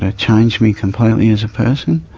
ah changed me completely as a person.